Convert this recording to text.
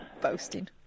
Boasting